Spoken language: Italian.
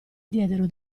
diedero